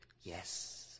Yes